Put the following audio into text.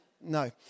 No